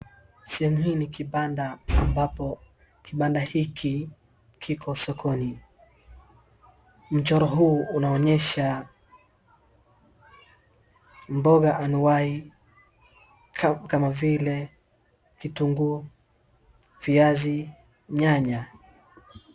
Sehemu hii ni kibanda, ambapo kibanda hiki kiko sokoni. Mchoro huu unaonyesha mboga anuwai kama vile kitunguu, viazi, nyanya.